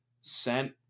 sent